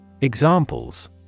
Examples